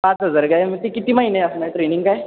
पाच हजार काय मग ते किती महिने असणार ट्रेनिंग काय